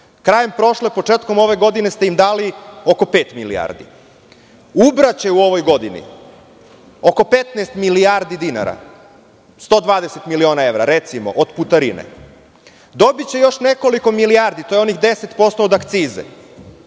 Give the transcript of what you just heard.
Krajem prošle, početkom ove godine ste im dali oko pet milijardi. Ubraće u ovoj godini oko 15 milijardi dinara, 120 miliona evra, recimo, od putarina. Dobiće još nekoliko milijardi. To je onih 10% od akciza